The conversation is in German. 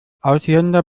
ausländer